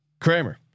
Kramer